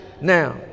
Now